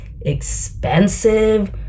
expensive